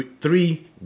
three